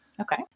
Okay